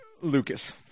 Lucas